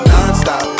Non-stop